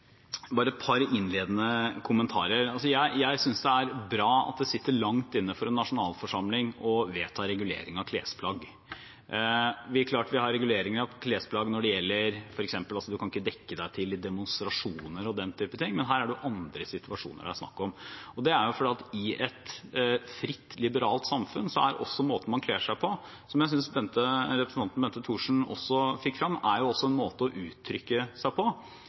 Bare et par innledende kommentarer: Jeg synes det er bra at det sitter langt inn for en nasjonalforsamling å vedta en regulering av klesplagg. Vi har jo allerede en regulering av klesplagg – f.eks. kan man ikke kan dekke seg til i demonstrasjoner og den type ting – men her er det andre situasjoner det er snakk om. Det er fordi at i et fritt, liberalt samfunn er jo også måten man kler seg på – som jeg synes representanten Bente Thorsen også fikk fram – en måte å uttrykke seg på.